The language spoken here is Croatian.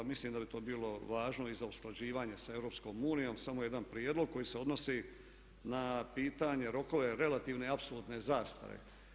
Mislim da bi to bilo važno i za usklađivanje s EU, samo jedan prijedlog koji se odnosi na pitanje rokove relativne i apsolutne zastare.